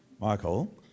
Michael